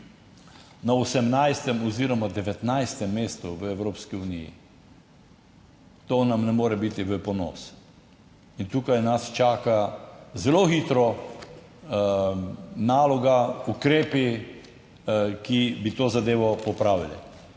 na 18. oziroma 19. mestu v Evropski uniji. To nam ne more biti v ponos in tukaj nas čaka zelo hitro naloga, ukrepi, ki bi to zadevo popravili.